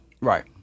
Right